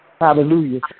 Hallelujah